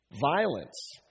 Violence